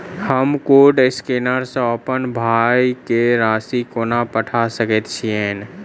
हम code scanner सँ अप्पन भाय केँ राशि कोना पठा सकैत छियैन?